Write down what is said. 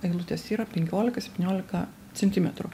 eilutės yra penkiolika septyniolika centimetrų